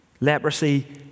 Leprosy